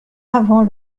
avant